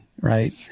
right